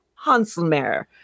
Hanselmer